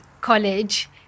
college